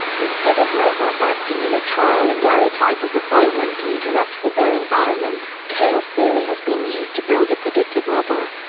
instead of robots acting in a trial-and-error type of refinement to interact with their environment, chaos theory has been used to build a predictive model.